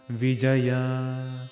vijaya